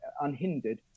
unhindered